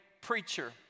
preacher